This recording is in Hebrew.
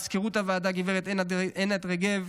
מזכירת הוועדה גב' ענת רגב,